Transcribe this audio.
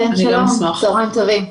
צהריים טובים.